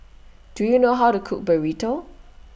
Do YOU know How to Cook Burrito